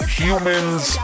humans